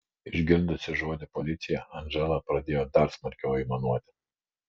išgirdusi žodį policija andžela pradėjo dar smarkiau aimanuoti